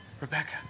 Rebecca